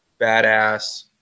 badass